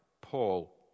Paul